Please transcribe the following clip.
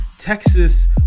Texas